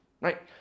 right